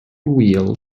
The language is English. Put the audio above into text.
wheel